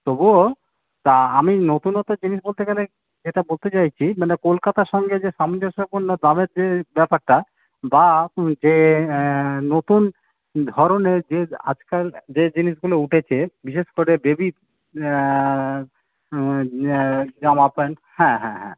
তবুও তা আমি নতুনত্ব জিনিস বলতে গেলে যেটা বলতে চাইছি মানে কলকাতা সঙ্গে যে সামঞ্জস্যপূর্ণ দামের যে ব্যাপারটা বা যে নতুন ধরনের যে আজকাল যে জিনিসগুলো উঠেছে বিশেষ করে বেবি জামা প্যান্ট হ্যাঁ হ্যাঁ হ্যাঁ